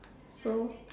don't know